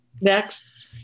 Next